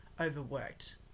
overworked